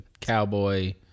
cowboy